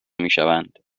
میشوند